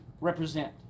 represent